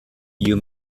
you